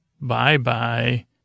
bye-bye